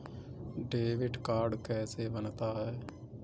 Debit card कैसे बनता है?